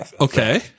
okay